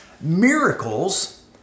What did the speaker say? miracles